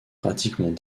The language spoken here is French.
pratiquement